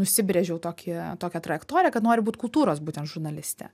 užsibrėžiau tokį tokią trajektoriją kad noriu būt kultūros būtent žurnalistė